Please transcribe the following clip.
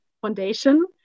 foundation